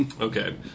okay